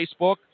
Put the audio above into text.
Facebook